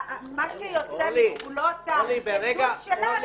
מה שיוצא מגבולות העדות שלה,